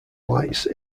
lights